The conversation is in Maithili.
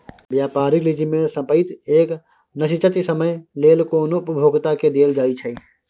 व्यापारिक लीज में संपइत एक निश्चित समय लेल कोनो उपभोक्ता के देल जाइ छइ